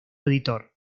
editor